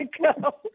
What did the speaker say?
go